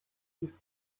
these